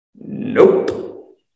Nope